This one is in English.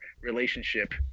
relationship